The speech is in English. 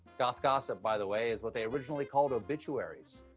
goth gossip, by the way, is what they originally called obituaries.